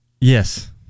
Yes